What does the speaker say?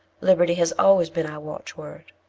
liberty has always been our watchword,